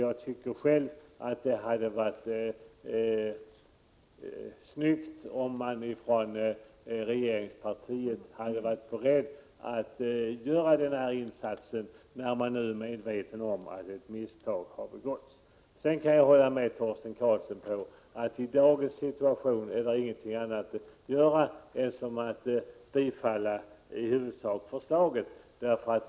Jag tycker själv att det hade varit snyggt om regeringspartiet hade varit berett att göra denna insats, när man nu är medveten om att ett misstag har begåtts. Sedan kan jag hålla med Torsten Karlsson om att det i dagens situation inte är någonting annat att göra än att i huvudsak bifalla förslaget.